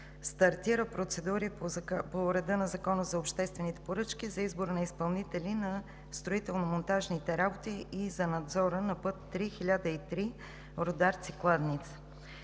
стартира процедури по реда на Закона за обществените поръчки за избор на изпълнители на строително-монтажните работи и за надзора на път III-1003 Рударци – Кладница.